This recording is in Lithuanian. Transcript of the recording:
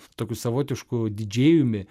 tokiu savotišku didžėjumi